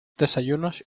desayunos